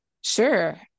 Sure